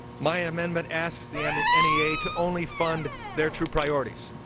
my amendment asks the i mean n e a. to only fund their true priorities.